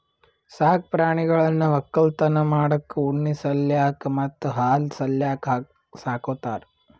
ಸಾಕ್ ಪ್ರಾಣಿಗಳನ್ನ್ ವಕ್ಕಲತನ್ ಮಾಡಕ್ಕ್ ಉಣ್ಣಿ ಸಲ್ಯಾಕ್ ಮತ್ತ್ ಹಾಲ್ ಸಲ್ಯಾಕ್ ಸಾಕೋತಾರ್